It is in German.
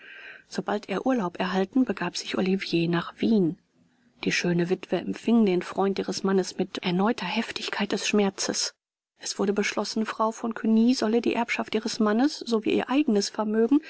sobald er urlaub erhalten begab sich olivier nach wien die schöne witwe empfing den freund ihres mannes mit erneuter heftigkeit des schmerzes es wurde beschlossen frau von cugny solle die erbschaft ihres mannes sowie ihr eigenes vermögen